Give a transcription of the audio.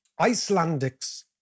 Icelandics